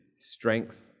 strength